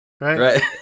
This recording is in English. Right